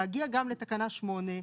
להגיע גם לתקנה 8,